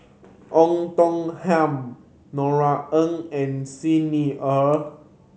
Oei Tiong Ham Norothy Ng and Xi Ni Er